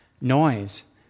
noise